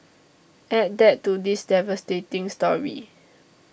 add that to this devastating story